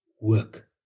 work